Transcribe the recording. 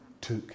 took